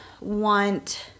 want